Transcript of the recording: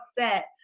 upset